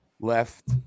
left